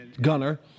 Gunner